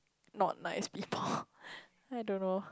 not nice people I don't know